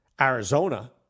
Arizona